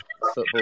football